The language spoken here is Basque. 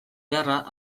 beharra